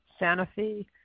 Sanofi